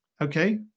Okay